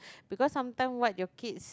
because sometime what your kids